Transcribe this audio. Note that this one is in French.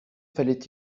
fallait